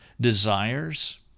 desires